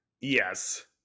Yes